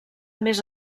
més